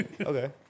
Okay